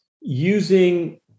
using